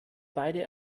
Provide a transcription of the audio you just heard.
beide